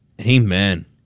Amen